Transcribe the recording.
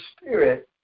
spirit